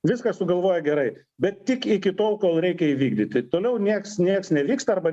viską sugalvoja gerai bet tik iki tol kol reikia įvykdyti toliau nieks nieks nevyksta arba